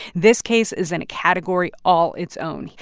this case is in a category all its own.